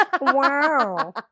Wow